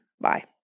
Bye